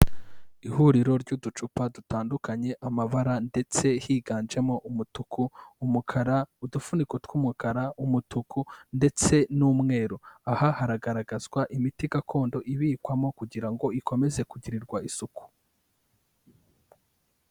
Ihuriro ry'uducupa dutandukanye amabara, ndetse higanjemo umutuku, umukara. Udufuniko tw'umukara, umutuku ndetse n'umweru. Aha hagaragazwa imiti gakondo ibikwamo kugira ngo ikomeze kugirirwa isuku.